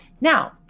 now